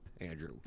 Andrew